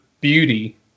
beauty